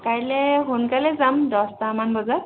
কাইলে সোনকালে যাম দছটামান বজাত